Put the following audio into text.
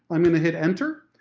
i'm gonna hit enter,